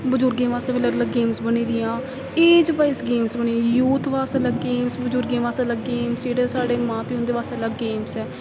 बजुर्गें बास्तै बी अलग अलग गेम्स बनी दियां एज वाइज गेम्स बनी दी यूथ बास्तै अलग गेम्स बजुगें बास्तै अलग गेम्स जेह्ड़े साढ़े मां प्यी उं'दे बास्तै अलग गेम्स ऐ